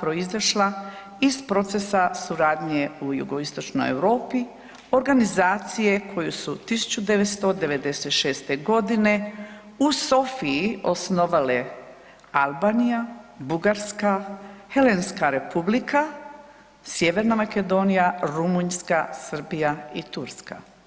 proizašla iz procesa suradnje u jugoistočnoj Europi, organizacije koju su 1996. g. u Sofiji osnovale Albanija, Bugarska, Helenska Republika, Sjeverna Makedonija, Rumunjska, Srbija i Turska.